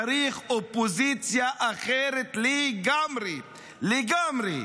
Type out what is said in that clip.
צריך אופוזיציה אחרת לגמרי, לגמרי.